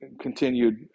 continued